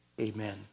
Amen